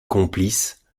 complices